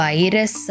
Virus